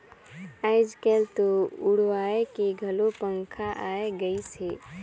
आयज कायल तो उड़वाए के घलो पंखा आये गइस हे